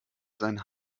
sein